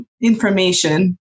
information